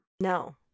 No